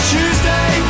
Tuesday